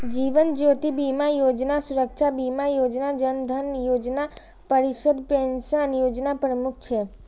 जीवन ज्योति बीमा योजना, सुरक्षा बीमा योजना, जन धन योजना, वरिष्ठ पेंशन योजना प्रमुख छै